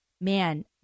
man